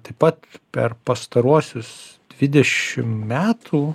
taip pat per pastaruosius dvidešim metų